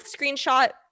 screenshot